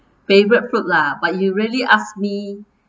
favourite food lah but you really ask me